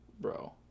Bro